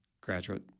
graduate